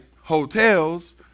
hotels